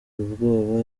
ubwoba